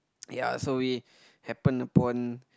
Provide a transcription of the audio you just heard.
ya so we happen upon